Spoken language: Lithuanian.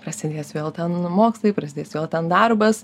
prasidės vėl ten mokslai prasidės vėl ten darbas